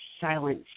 silence